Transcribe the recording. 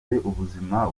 ubuzima